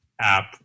app